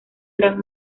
gran